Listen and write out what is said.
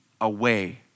away